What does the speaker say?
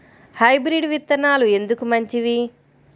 Hybrid విత్తనాలు ఎందుకు మంచివి?